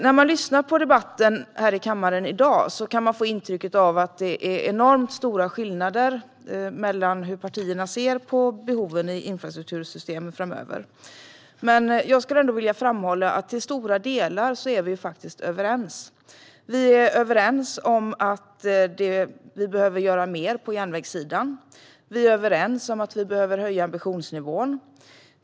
När man lyssnar på debatten här i kammaren i dag kan man få intryck av att det är enormt stora skillnader mellan hur partierna ser på behoven i infrastruktursystemet framöver. Men jag vill ändå framhålla att vi till stora delar är överens. Vi är överens om att vi behöver göra mer på järnvägssidan. Vi är överens om att vi behöver höja ambitionsnivån.